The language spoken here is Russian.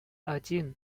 один